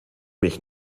mich